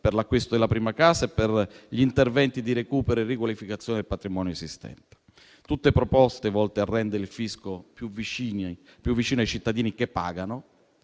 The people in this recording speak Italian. per l'acquisto della prima casa e per gli interventi di recupero e riqualificazione del patrimonio esistente. Sono tutte proposte volte a rendere il fisco più vicino ai cittadini che pagano,